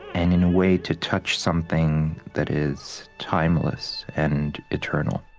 and in a way to touch something that is timeless and eternal.